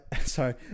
sorry